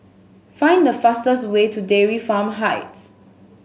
find the fastest way to Dairy Farm Heights